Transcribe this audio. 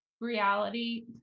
reality